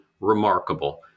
remarkable